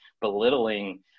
belittling